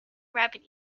rabbit